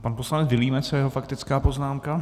Pan poslanec Vilímec a jeho faktická poznámka.